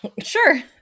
Sure